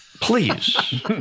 Please